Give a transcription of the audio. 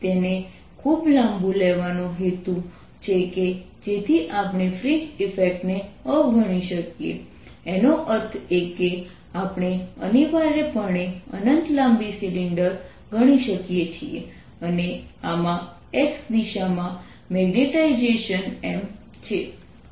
તેને ખૂબ લાંબું લેવાનો હેતુ છે કે જેથી આપણે ફ્રિંજ ઇફેક્ટ ને અવગણી શકીએ એનો અર્થ એ કે આપણે અનિવાર્યપણે અનંત લાંબી સિલિન્ડર ગણી શકીએ છીએ અને આમાં x દિશામાં મેગ્નેટાઇઝેશન M છે